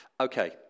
Okay